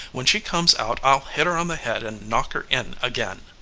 when she comes out i'll hit her on the head and knock her in again.